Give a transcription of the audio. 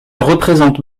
représente